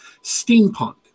Steampunk